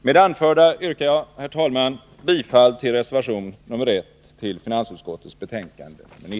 Med det anförda yrkar jag, herr talman, bifall till reservation nr 1 i finansutskottets betänkande nr 19.